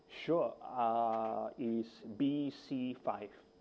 sure uh is B C five